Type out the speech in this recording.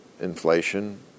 inflation